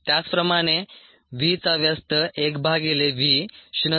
त्याचप्रमाणे v चा व्यस्त 1 भागिले v 0